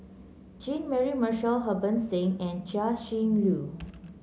Jean Mary Marshall Harbans Singh and Chia Shi Lu